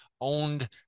owned